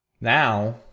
now